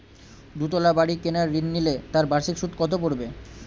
দুতলা বাড়ী কেনার ঋণ নিলে তার বার্ষিক সুদ কত পড়বে?